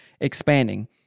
expanding